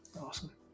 Awesome